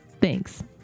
Thanks